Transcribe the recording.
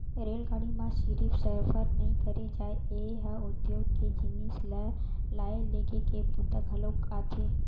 रेलगाड़ी म सिरिफ सफर नइ करे जाए ए ह उद्योग के जिनिस ल लाए लेगे के बूता घलोक आथे